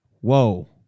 Whoa